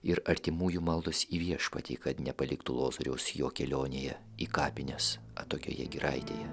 ir artimųjų maldos į viešpatį kad nepaliktų lozoriaus jo kelionėje į kapines atokioje giraitėje